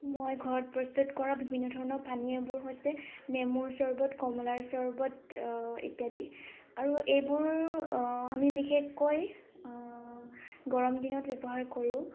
মই ঘৰত প্ৰস্তুত কৰা বিভিন্ন ধৰণৰ পানীয়বোৰ হৈছে নেমুৰ চৰবত কমলাৰ চৰবত ইত্যাদি আৰু এইবোৰ আমি বিশেষকৈ গৰম দিনত ব্যৱহাৰ কৰো